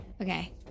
okay